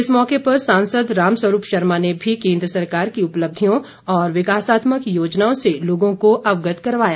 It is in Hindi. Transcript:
इस मौके पर सांसद रामस्वरूप शर्मा ने भी केन्द्र सरकार की उपलब्धियों और विकासात्मक योजनाओं से लोगों को अवगत करवाया